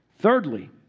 Thirdly